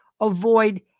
avoid